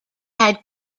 had